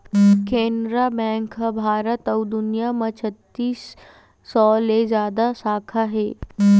Canara bank के भारत अउ दुनिया म छत्तीस सौ ले जादा साखा हे